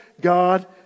God